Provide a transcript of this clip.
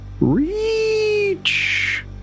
Reach